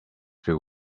few